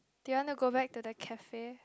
do you want to go back to the cafe